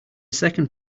second